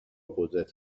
قدرت